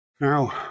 Now